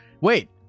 Wait